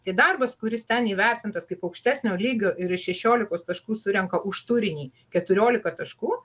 tai darbas kuris ten įvertintas kaip aukštesnio lygio ir iš šešiolikos taškų surenka už turinį keturiolika taškų